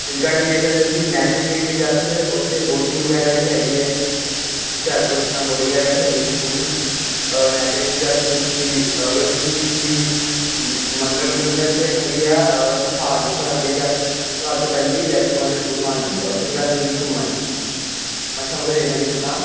ਹਿਲ garden ਦੇਖ ਸਕਦੇ ਤੁਸੀਂ ਨੈਚੁਰਲ ਲੇਕ ਵੀ ਜਾ ਸਕਦੇ ਉੱਥੇ ਬੋਟਿੰਗ ਵਗੈਰਾ ਵੀ ਹੈਗੀ ਹੈ ਹੁਸ਼ਿਆਰਪੁਰ 'ਚ ਤਾਂ ਬੋਟਿੰਗ ਵਗੈਰਾ ਵੀ ਹੈਗੀ ਹੁਣ ਨੈਚਰਲ ਗਰੀਨ ਵੀ ਜਾ ਸਕਦੇ ਤੁਸੀਂ ਅਗਰ ਤੁਸੀਂ ਕਿਸੀ ਮ ਮੰਦਰ ਇੱਥੇ ਹੈਗੀ ਆ ਚੌਹਾਲ ਤੋਂ ਥੋੜ੍ਹਾ ਅੱਗੇ ਜਾ ਚੌਹਾਲ ਤੋਂ ਪਹਿਲੇ ਹੀ ਵੈਸ਼ਨੋ ਮਾਤਾ ਦੀ ਗੁਫਾ ਆਉਂਦੀ ਆ ਉੱਥੇ ਜਾ ਸਕਦੇ ਹੋ ਘੁੰਮਣ ਮੱਥਾ ਮੁੱਥਾ ਟੇਕ ਲਵਾਂਗੇ ਇੱਥੇ ਤਾਂ